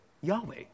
Yahweh